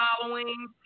following